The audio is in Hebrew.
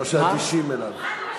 או שאדישים אליו.